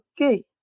Okay